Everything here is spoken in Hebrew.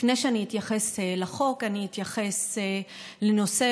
לפני שאני אתייחס לחוק אני אתייחס לנושא